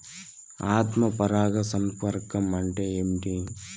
ఆత్మ పరాగ సంపర్కం అంటే ఏంటి?